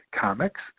Comics